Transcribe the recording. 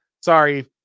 sorry